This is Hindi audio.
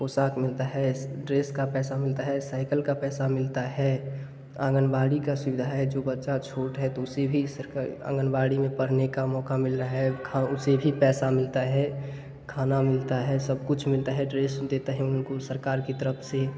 पोशाक मिलता है ड्रेस का पैसा मिलता है साइकल का पैसा मिलता है आंगनवाड़ी का सुविधा है जो बच्चा छोटा है तो उसे भी सरकारी आंगनवाड़ी में पढ़ने का मौक़ा मिल रहा है ख उसे भी पैसा मिलता है खाना मिलता है सब कुछ मिलता है ड्रेस देते हैं उनको सरकार की तरफ़ से